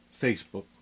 Facebook